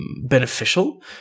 beneficial